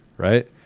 right